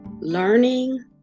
Learning